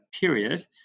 period